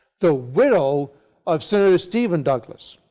the widow of senator stephen douglas.